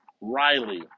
Riley